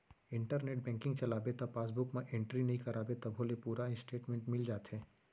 internet banking चलाबे त passbook म एंटरी नइ कराबे तभो ले पूरा इस्टेटमेंट मिल जाथे